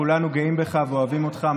כולנו גאים בך ואוהבים אותך.